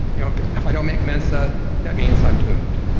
you know if i don't make mensa that means i'm doomed,